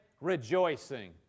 rejoicing